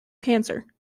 cancer